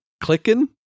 clicking